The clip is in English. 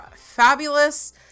fabulous